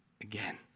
again